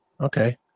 Okay